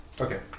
Okay